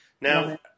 now